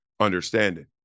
understanding